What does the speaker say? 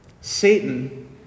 Satan